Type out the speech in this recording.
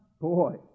boy